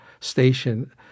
station